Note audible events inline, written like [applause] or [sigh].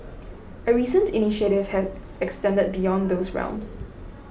a recent initiative has [noise] extended beyond those realms